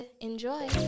enjoy